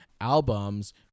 albums